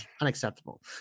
Unacceptable